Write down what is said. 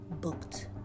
booked